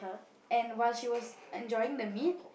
and while she was enjoying the meat